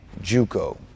Juco